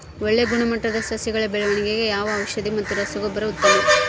ಒಳ್ಳೆ ಗುಣಮಟ್ಟದ ಸಸಿಗಳ ಬೆಳವಣೆಗೆಗೆ ಯಾವ ಔಷಧಿ ಮತ್ತು ರಸಗೊಬ್ಬರ ಉತ್ತಮ?